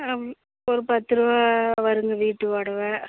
ஒரு பத்து ருபா வருங்க வீட்டு வாடகை